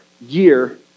year